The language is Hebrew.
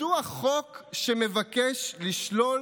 מדוע חוק שמבקש לשלול